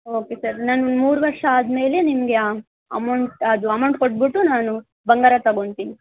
okay sir ನಾನು ಮೂರು ವರ್ಷ ಆದಮೇಲೆ ನಿಮಗೆ ಆ ಅಮೌಂಟ್ ಅದು ಅಮೌಂಟ್ ಕೊಟ್ಟುಬಿಟ್ಟು ನಾನು ಬಂಗಾರ ತಗೊತೀನಿ